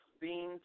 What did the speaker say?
beans